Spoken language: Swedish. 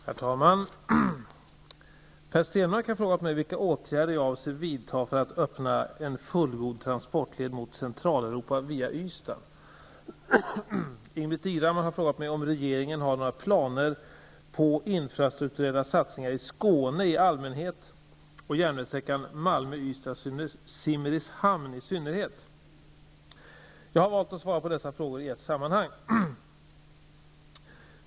Herr talman! Per Stenmarck har frågat mig vilka åtgärder jag avser att vidta för att öppna en fullgod transportled mot Centraleuropa via Ystad. Ingbritt Irhammar har frågat mig om regeringen har några planer på infrastrukturella satsningar i Malmö--Ystad--Simrishamn i synnerhet. Jag har valt att svara på dessa frågor i ett sammanhang.